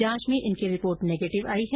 जांच में इनकी रिपोर्ट नेगेटिव आई है